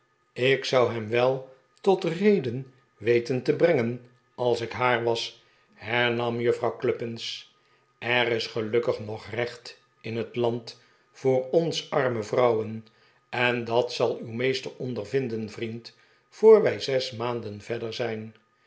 ik zou hem wel tot reden weten te brengen als ik haar was hernam juffrouw cluppins er is gelukkig nog recht in het land voor ons arme vrouwen en dat zal uw meester ondervinden vriend voor wij zes maanden verder zijn